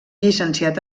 llicenciat